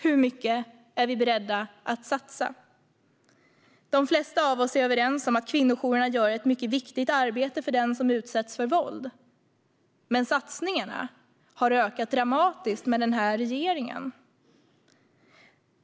Hur mycket är vi beredda att satsa? De flesta av oss är överens om att kvinnojourerna gör ett mycket viktigt arbete för dem som utsätts för våld. Men satsningarna har ökat dramatiskt med den här regeringen.